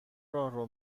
راهرو